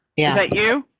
yeah, that you.